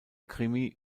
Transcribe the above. krimi